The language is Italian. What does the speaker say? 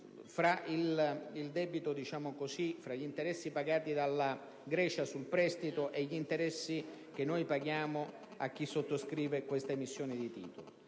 tra gli interessi pagati dalla Grecia sul prestito e gli interessi che paghiamo a chi sottoscrive questa emissione di titoli,